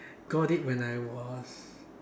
got it when I was